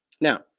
Now